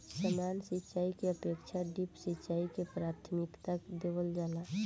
सामान्य सिंचाई के अपेक्षा ड्रिप सिंचाई के प्राथमिकता देवल जाला